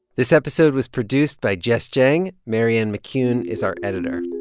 this episode was produced by jess jiang. marianne mccune is our editor.